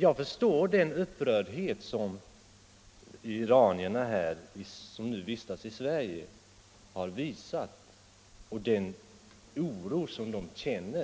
Jag förstår den upprördhet de iranier som vistas i Sverige har visat och den oro de känt